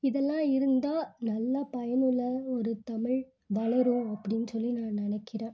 இதெல்லாம் இருந்தால் நல்லா பயனுள்ள ஒரு தமிழ் வளரும் அப்படின்னு சொல்லி நான் நினைக்கிறேன்